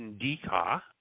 Indica